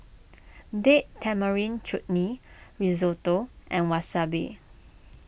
Date Tamarind Chutney Risotto and Wasabi